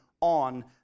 on